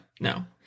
no